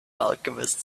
alchemist